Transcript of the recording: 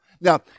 Now